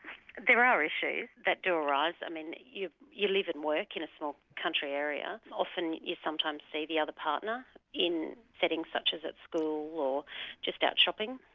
there are issues that do arise. i mean you you live and work in a small country area, often you sometimes see the other partner in settings such as at school, or just out shopping.